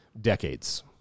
decades